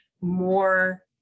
more